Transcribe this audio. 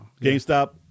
GameStop